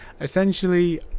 essentially